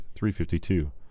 352